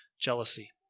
jealousy